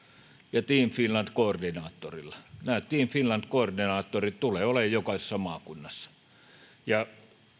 ja team finland koordinaattorilla näitä team finland koordinaattoreita tulee olemaan jokaisessa maakunnassa